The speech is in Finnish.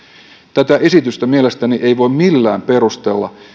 tätä esitystä mielestäni ei voi millään perustella